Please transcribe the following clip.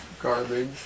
garbage